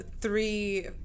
three